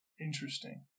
Interesting